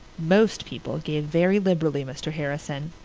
most people gave very liberally, mr. harrison.